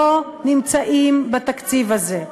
לא נמצאים בתקציב הזה.